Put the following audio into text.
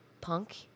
punk